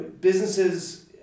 businesses